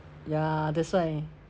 ya that's why